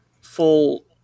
full